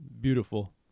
beautiful